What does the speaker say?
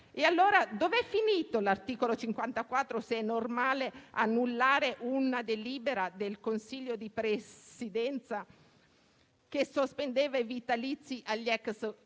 Allora, dov'è finito l'articolo 54 se è normale annullare una delibera del Consiglio di Presidenza che sospendeva i vitalizi agli ex senatori